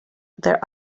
their